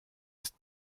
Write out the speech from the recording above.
ist